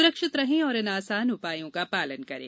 सुरक्षित रहें और इन आसान उपायों का पालन करें